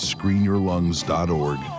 ScreenYourLungs.org